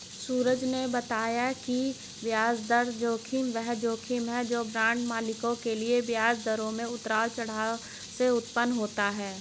सूरज ने बताया कि ब्याज दर जोखिम वह जोखिम है जो बांड मालिकों के लिए ब्याज दरों में उतार चढ़ाव से उत्पन्न होता है